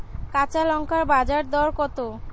কাঁচা লঙ্কার বাজার দর কত?